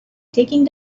taking